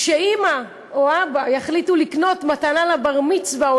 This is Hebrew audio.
כשאימא או אבא יחליטו לקנות מתנה לבר-מצווה או